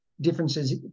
differences